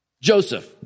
Joseph